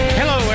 hello